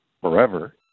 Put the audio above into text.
forever